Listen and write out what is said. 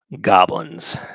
goblins